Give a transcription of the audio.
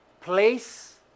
place